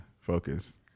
Focus